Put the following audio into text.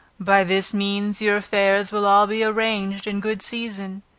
by this means your affairs will all be arranged in good season,